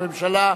הממשלה,